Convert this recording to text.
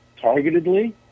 targetedly